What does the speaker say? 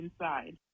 inside